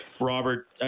Robert